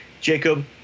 Jacob